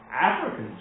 Africans